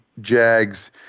Jags